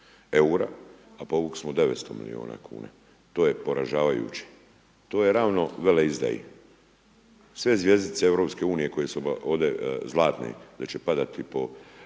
EUR-a, a povukli smo 900 milijuna kuna. To je poražavajući to je ravno veleizdaji, sve zvjezdice EU koje su ovde zlatne da će padati po